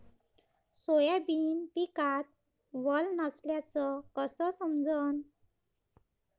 Soybean पिकात वल नसल्याचं कस समजन?